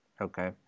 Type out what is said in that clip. Okay